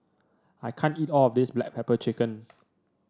I can't eat all of this Black Pepper Chicken